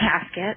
casket